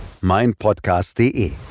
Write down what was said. meinpodcast.de